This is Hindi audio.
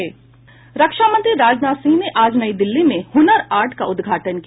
रक्षा मंत्री राजनाथ सिंह ने आज नई दिल्ली में हुनर हाट का उद्घाटन किया